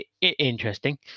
interesting